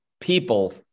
people